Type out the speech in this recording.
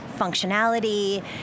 functionality